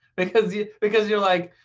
because yeah because you're like,